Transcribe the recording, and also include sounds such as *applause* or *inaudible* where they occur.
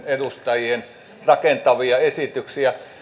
*unintelligible* edustajien hyviä rakentavia esityksiä